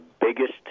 biggest